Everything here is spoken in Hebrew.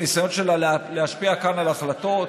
בניסיון שלה להשפיע כאן על החלטות.